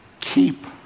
keep